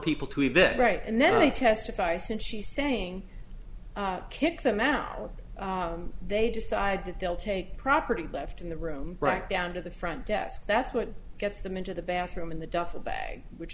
people to have it right and then they testify since she saying kick them out when they decide that they'll take property left in the room right down to the front desk that's what gets them into the bathroom in the duffel bag which